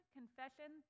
confession